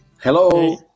Hello